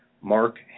Mark